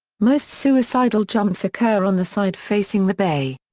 most suicidal jumps occur on the side facing the bay.